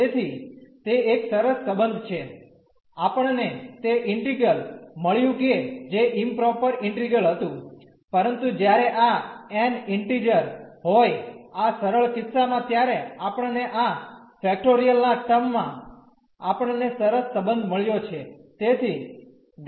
તેથી તે એક સરસ સબંધ છે આપણ ને તે ઈન્ટિગ્રલ મળ્યું કે જે ઇમપ્રોપર ઈન્ટિગ્રલ હતું પરંતુ જ્યારે આ n ઇન્ટીઝર હોય આ સરળ કિસ્સામાં ત્યારે આપણને આ ફેક્ટોરીયલ ના ટર્મ માં આપણ ને સરસ સંબંધ મ્ળ્યો છે